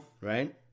right